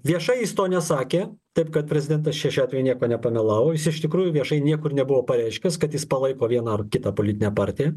viešai jis to nesakė taip kad prezidentas čia šiuo atveju nieko nepamelavo jis iš tikrųjų viešai niekur nebuvo pareiškęs kad jis palaiko vieną ar kitą politinę partiją